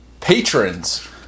patrons